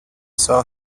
saw